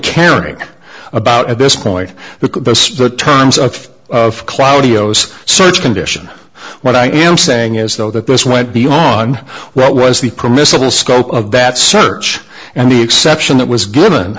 caring about at this point the terms of of cloud ios such condition what i am saying is though that this went beyond what was the permissible scope of that search and the exception that was given